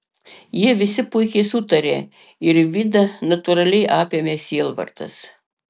jie visi puikiai sutarė ir vidą natūraliai apėmė sielvartas